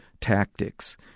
tactics